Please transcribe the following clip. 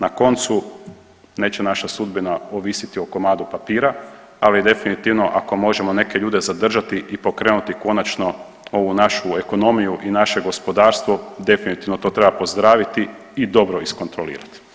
Na koncu, neće naša sudbina ovisiti o komadu papira, ali definitivno, ako možemo neke ljude zadržati i pokrenuti konačno ovu našu ekonomiju i naše gospodarstvo, definitivno to treba pozdraviti i dobro iskontrolirati.